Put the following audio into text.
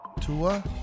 Tua